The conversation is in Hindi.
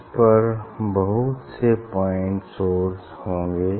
इस पर बहुत से पॉइंट सोर्स होंगे